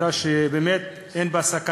חברה שבאמת שאין בה סכנה